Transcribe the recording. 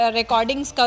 recordings